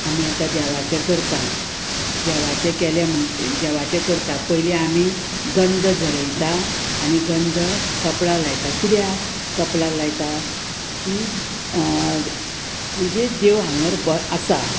आमी आतां देवाचें करता देवाचें केलें म्हणट देवाचें करता पयलीं आमी गंध झरयता आनी गंध कपळाक लायता किद्याक कपलाक लायता की म्हणजे देव हांगर आसा